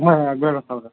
হয় হয় আগবেলা দহটা বজাত